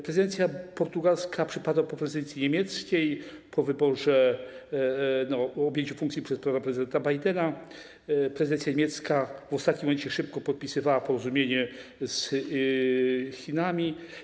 Prezydencja portugalska przypadła po prezydencji niemieckiej, po objęciu funkcji przez prezydenta Bidena, prezydencja niemiecka w ostatnim momencie szybko podpisywała porozumienie z Chinami.